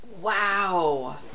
Wow